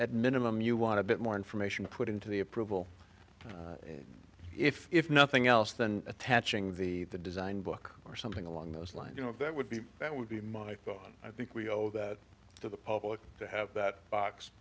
at minimum you want a bit more information put into the approval and if nothing else than attaching the the design book or something along those lines you know that would be that would be my own i think we owe that to the public to have that box